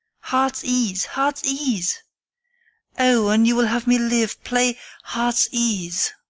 heart's ease heart's ease o, an you will have me live, play heart's ease